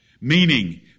meaning